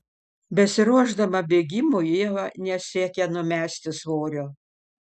besiruošdama bėgimui ieva nesiekia numesti svorio